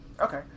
Okay